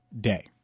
day